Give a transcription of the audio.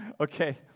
Okay